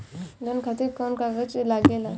Loan खातिर कौन कागज लागेला?